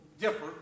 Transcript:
differ